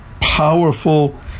powerful